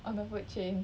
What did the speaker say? on the food chain